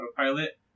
autopilot